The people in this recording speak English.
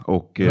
Och